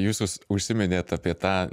jūs už užsiminėt apie tą